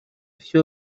все